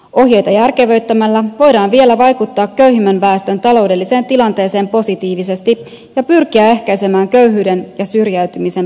ohjeita järkevöittämällä voidaan vielä vaikuttaa köyhimmän väestön taloudelliseen tilanteeseen positiivisesti ja pyrkiä ehkäisemään köyhyyden ja syrjäytymisen periytyminen